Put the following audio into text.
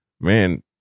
man